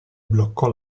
bloccò